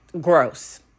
gross